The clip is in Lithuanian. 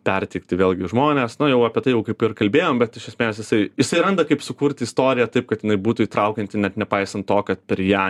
perteikti vėlgi žmones nu jau apie tai kaip ir kalbėjom bet iš esmės jisai jisai randa kaip sukurti istoriją taip kad jinai būtų įtraukianti net nepaisant to kad per ją